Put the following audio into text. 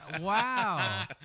wow